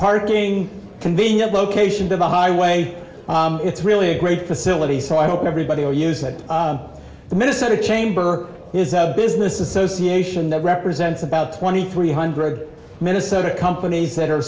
parking convenient location to the highway it's really a great facility so i hope everybody will use it the minnesota chamber is have business association that represents about twenty three hundred minnesota companies that are